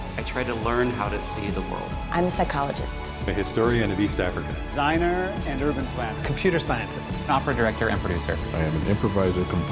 i try to learn how to see the world. i'm a psychologist. a historian of east africa. diner and urban planner. computer scientist. an opera director and producer. i am an improviser,